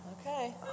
Okay